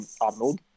Arnold